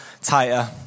tighter